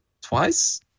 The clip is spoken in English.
twice